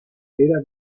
era